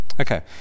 okay